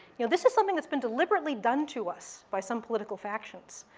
you know this is something that's been deliberately done to us by some political factions.